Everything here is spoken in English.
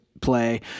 play